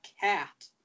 cat